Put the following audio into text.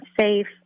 safe